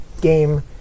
game